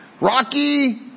Rocky